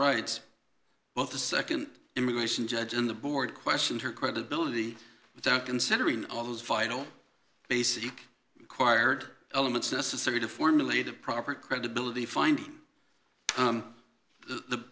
rights both the nd immigration judge and the board questioned her credibility without considering all those final basic required elements necessary to formulate a proper credibility finding